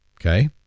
Okay